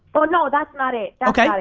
oh no, that's not it. okay,